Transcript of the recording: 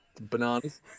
bananas